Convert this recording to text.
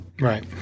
right